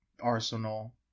arsenal